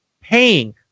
paying